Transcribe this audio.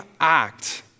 act